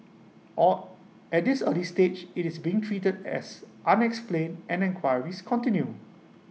all at this early stage IT is being treated as unexplained and enquiries this continue